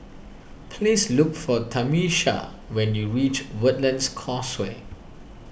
please look for Tamisha when you reach Woodlands Causeway